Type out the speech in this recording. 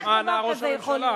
איך דבר כזה יכול להיות?